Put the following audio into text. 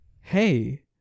hey